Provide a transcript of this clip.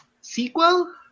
sequel